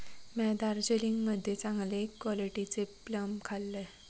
म्या दार्जिलिंग मध्ये चांगले क्वालिटीचे प्लम खाल्लंय